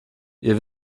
ihr